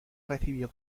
recibió